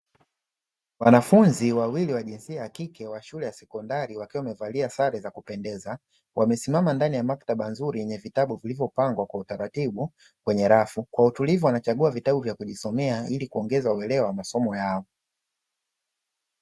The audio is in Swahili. Wanafunzi wawili wa jinsia ya kike wa shule ya sekondari, wakiwa wamevalia sare za kupendeza. Wamesimama ndani ya maktaba nzuri yenye vitabu vilivyopangwa kwa utaratibu kwenye rafu kwa utulivu. Wanachagua vitabu vya kujisomea ili kuongeza uelewa wa masomo yao.